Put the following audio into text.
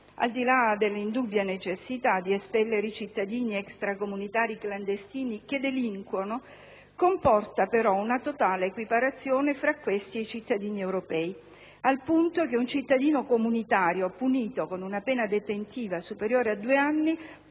(al di là dell'indubbia necessità di espellere i cittadini extracomunitari clandestini che delinquono), comporta però una totale equiparazione tra questi ed i cittadini europei, al punto che un cittadino comunitario punito con una pena detentiva superiore a due anni,